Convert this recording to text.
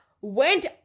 went